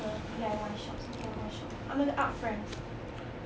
err D_I_Y shops D_I_Y shops err 那个 art friends